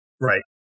Right